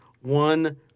one